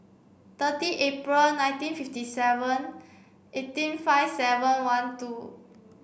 thirty April nineteen fifty seven eighteen five seven one two